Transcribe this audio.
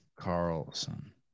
Carlson